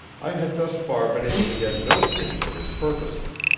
i had thus far been able to get no hint of his purposes.